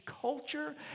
culture